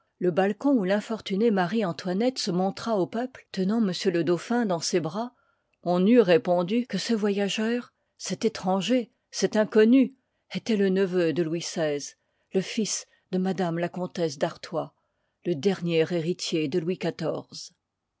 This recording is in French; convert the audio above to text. le balcon où l'infortunée marie antoinette se montra au peuple tenant m le dauphin dans ses bras on eût répondu que ce voyageur cet étranger cet inconnu étoit le neveu de louis xvi le fils de m la comtesse d'artois le dernier héritier de louis